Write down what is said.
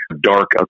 dark